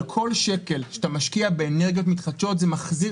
כל שקל שאתה משקיע באנרגיות מתחדשות מחזיר